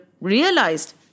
realized